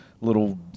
little